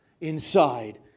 inside